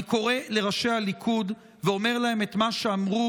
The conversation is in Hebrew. אני קורא לראשי הליכוד ואומר להם את מה שאמרו